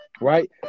right